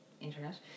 internet